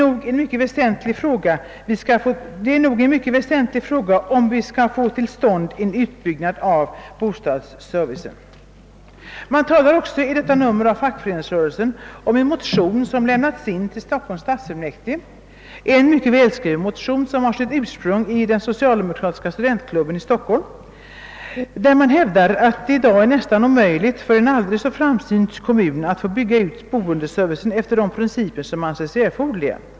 Det är nog en mycket väsentlig fråga om vi skall få till stånd en utbyggnad av bostadsservicen.» I detta nummer av Fackföreningsrörelsen talar man också om att en motion väckts i Stockholms stadsfullmäktige — en mycket välskriven motion som har sitt ursprung i den socialdemokratiska studentklubben i Stockholm — där man hävdar att det i dag är nästan omöjligt för en aldrig så framsynt kommun att få bygga ut boendeservicen efter de principer som anses erforderliga.